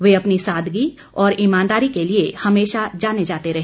वे अपनी सादगी और इमानदारी के लिए हमेशा जाने जाते रहे